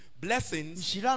blessings